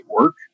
work